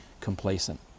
complacent